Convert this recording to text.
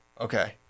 okay